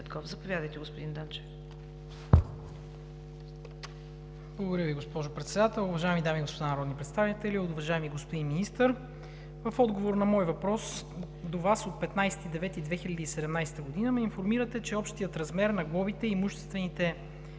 Благодаря Ви, госпожо Председател. Уважаеми дами и господа народни представители, уважаеми господин Министър! В отговор на мой въпрос до Вас от 15 септември 2017 г. ме информирате, че общият размер на глобите и имуществените санкции